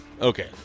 Okay